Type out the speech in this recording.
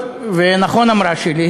נכון אמרה שלי,